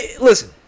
listen